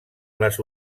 les